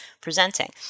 presenting